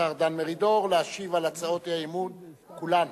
השר דן מרידור, להשיב על הצעות האי-אמון כולן.